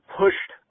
pushed